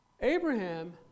Abraham